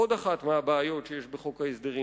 עוד אחת מהבעיות שיש בחוק הזה.